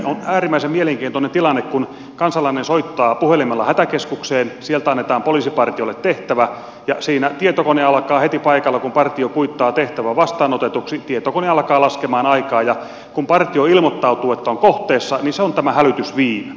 on äärimmäisen mielenkiintoinen tilanne kun kansalainen soittaa puhelimella hätäkeskukseen sieltä annetaan poliisipartiolle tehtävä ja heti paikalla kun partio kuittaa tehtävän vastaanotetuksi tietokone alkaa laskea aikaa ja kun partio ilmoittautuu että on kohteessa niin se on tämä hälytysviive